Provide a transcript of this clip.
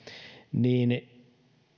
niin